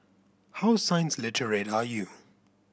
how science literate are you